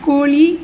கோழி